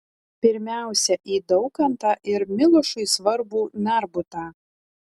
pirmiausia į daukantą ir milošui svarbų narbutą